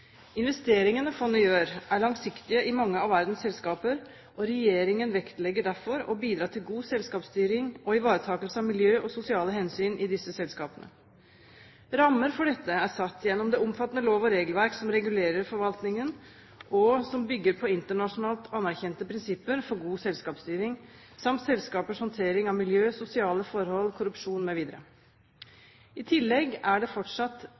Investeringene fondet gjør, er langsiktige i mange av verdens selskaper, og regjeringen vektlegger derfor å bidra til god selskapsstyring og ivaretakelse av miljø og sosiale hensyn i disse selskapene. Rammer for dette er satt gjennom det omfattende lov- og regelverk som regulerer forvaltningen, og som bygger på internasjonalt anerkjente prinsipper for god selskapsstyring, samt selskapers håndtering av miljø, sosiale forhold, korrupsjon mv. I tillegg er det